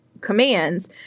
commands